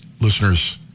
listeners